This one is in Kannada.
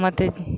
ಮತ್ತು